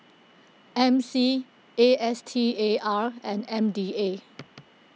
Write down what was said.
M C A S T A R and M D A